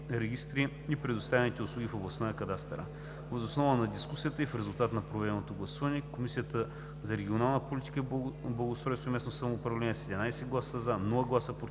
регистри и предоставяните услуги в областта на кадастъра. Въз основа на дискусията и в резултат на проведеното гласуване Комисията по регионална политика, благоустройство и местно самоуправление с 11 гласа „за“, без гласове „против“